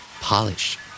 Polish